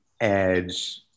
edge